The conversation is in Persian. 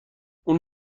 اون